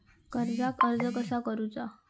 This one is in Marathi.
कर्जाक अर्ज कसा करुचा?